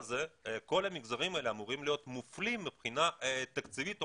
כל המגזרים האלה אמורים להיות מופלים מבחינה תקציבית או